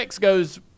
goes